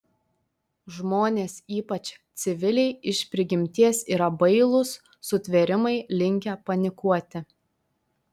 žmonės ypač civiliai iš prigimties yra bailūs sutvėrimai linkę panikuoti